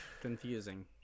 Confusing